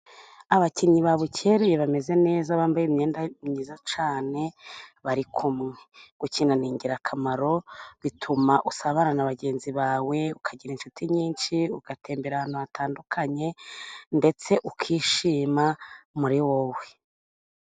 Abakinnyi babukereye bameze neza bambaye imyenda myiza cyane , bari kumwe. Gukina ni ingirakamaro bituma usabana na bagenzi bawe, ukagira inshuti nyinshi , ugatembera ahantu hatandukanye ndetse ukishima muri wowe.